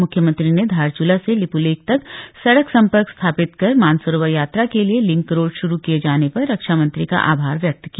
मुख्यमंत्री ने धारचूला से लिप्लेख तक सड़क सम्पर्क स्थापित कर मानसरोवर यात्रा के लिए लिंक रोड शुरू किए जाने पर रक्षा मंत्री का आभार व्यक्त किया